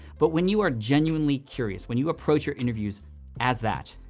but when you are genuinely curious, when you approach your interviews as that,